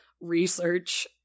research